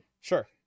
Sure